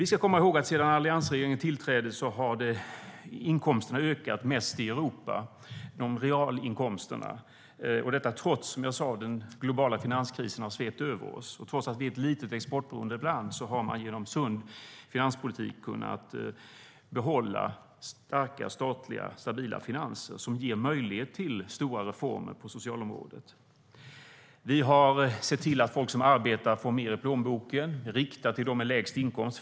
Sedan alliansregeringen tillträdde har de svenska realinkomsterna ökat mest i Europa, trots att den globala finanskrisen har svept över oss. Trots att vi är ett litet, exportberoende land har man genom sund finanspolitik kunnat behålla starka och stabila statliga finanser som ger möjlighet till stora reformer på socialområdet. Vi har sett till att folk som arbetar får mer i plånboken, riktat till dem med lägst inkomst.